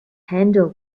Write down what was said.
handle